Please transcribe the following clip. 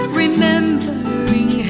remembering